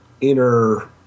inner